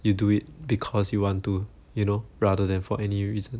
you do it because you want to you know rather than for any reason